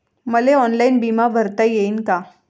मले ऑनलाईन बिमा भरता येईन का?